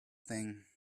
thing